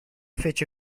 fece